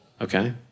okay